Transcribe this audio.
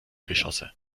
geschosse